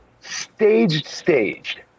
staged-staged